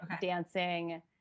dancing